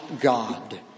God